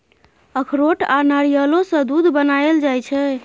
अखरोट आ नारियलो सँ दूध बनाएल जाइ छै